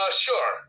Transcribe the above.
Sure